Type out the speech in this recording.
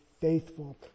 faithful